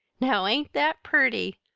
now ain't that pretty,